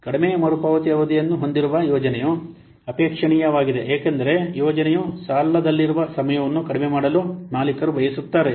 ಕಡಿಮೆ ಮರುಪಾವತಿ ಅವಧಿಯನ್ನು ಹೊಂದಿರುವ ಯೋಜನೆಯು ಅಪೇಕ್ಷಣೀಯವಾಗಿದೆ ಏಕೆಂದರೆ ಯೋಜನೆಯು ಸಾಲದಲ್ಲಿರುವ ಸಮಯವನ್ನು ಕಡಿಮೆ ಮಾಡಲು ಮಾಲೀಕರು ಬಯಸುತ್ತಾರೆ